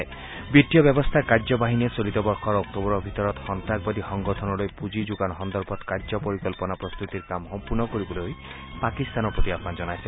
বিত্তীয় ব্যৱস্থা কাৰ্যবাহিনীয়ে চলিত বৰ্ষৰ অক্টোবৰৰ ভিতৰত সন্নাসবাদী সংগঠনলৈ পুঁজি যোগান সন্দৰ্ভত কাৰ্য পৰিকল্পনা প্ৰস্তুতিৰ কাম সম্পূৰ্ণ কৰিবলৈ পাকিস্তানৰ প্ৰতি আহান জনাইছে